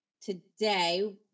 today